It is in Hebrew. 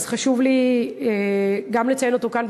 אז חשוב לי גם לציין כאן,